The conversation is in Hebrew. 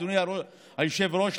אדוני היושב-ראש,